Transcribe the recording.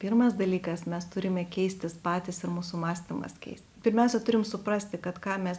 pirmas dalykas mes turime keistis patys ir mūsų mąstymas keis pirmiausia turim suprasti kad ką mes